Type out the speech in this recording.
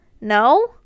no